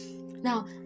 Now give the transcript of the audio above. Now